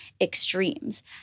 extremes